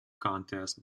contest